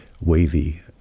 wavy